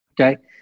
Okay